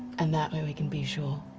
and that way we can be sure.